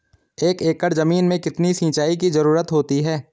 एक एकड़ ज़मीन में कितनी सिंचाई की ज़रुरत होती है?